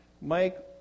Mike